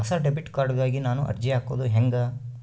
ಹೊಸ debit card ಗಾಗಿ ನಾನು ಅರ್ಜಿ ಹಾಕೊದು ಹೆಂಗ?